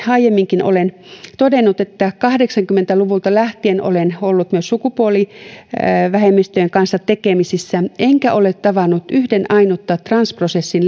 aiemminkin olen todennut että kahdeksankymmentä luvulta lähtien olen ollut myös sukupuolivähemmistöjen kanssa tekemisissä enkä ole tavannut yhden ainutta transprosessin